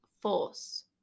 force